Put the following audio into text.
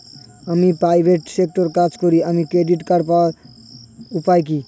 আমি প্রাইভেট সেক্টরে কাজ করি আমার ক্রেডিট কার্ড পাওয়ার উপায় কি?